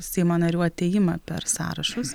seimo narių atėjimą per sąrašus